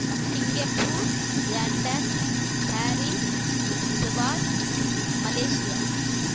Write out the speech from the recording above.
Singapore London Paris Dubai Malaysia